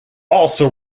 also